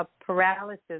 paralysis